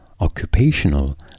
occupational